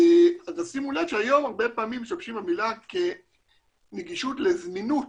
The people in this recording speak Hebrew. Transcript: תשימו לב שהיום הרבה פעמים משתמשים במילה כנגישות לזמינות